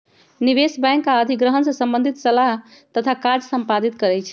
निवेश बैंक आऽ अधिग्रहण से संबंधित सलाह तथा काज संपादित करइ छै